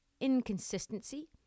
inconsistency